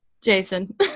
Jason